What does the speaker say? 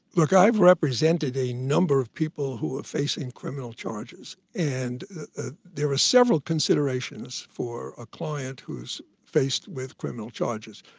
look, i've represented a number of people who were facing criminal charges. and there are several considerations for a client who's faced with criminal charges.